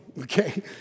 okay